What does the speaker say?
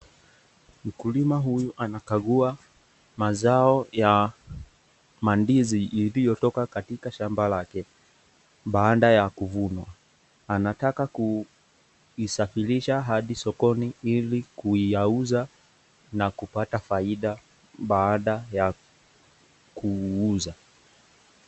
Mkulima huyu anakagua mazao ya mandizi iliotoka katika shamba lake baada ya kuvunwa. Anataka kuisafirisha hadi sokoni ili kuyauza na kupata faida baada ya kuuza.